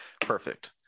perfect